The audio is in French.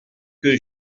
que